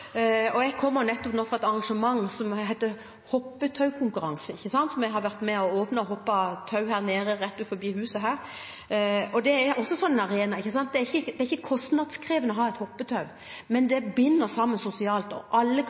Jeg kommer nettopp fra et arrangement, hoppetaukonkurranse, som jeg har vært med på å åpne, og har hoppet tau rett utenfor huset her. Det er også en slik arena. Det er ikke kostnadskrevende å ha et hoppetau, men det binder sammen sosialt, og alle